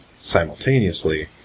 simultaneously